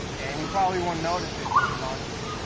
and you probably won't notice it when it launches.